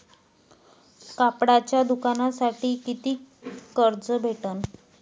कापडाच्या दुकानासाठी कितीक कर्ज भेटन?